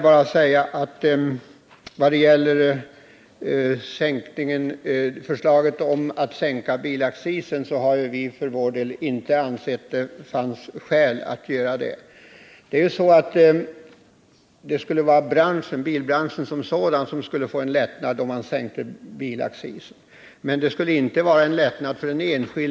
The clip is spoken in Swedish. När det gäller förslaget om att sänka bilaccisen har vi för centerns del inte ansett att det finns anledning att göra det.